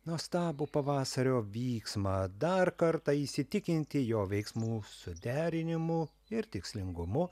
nuostabų pavasario vyksmą dar kartą įsitikinti jo veiksmų suderinimu ir tikslingumu